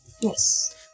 Yes